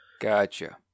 Gotcha